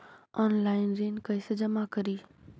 Online ऋण कैसे जमा करी?